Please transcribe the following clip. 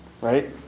right